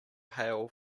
hail